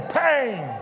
pain